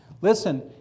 Listen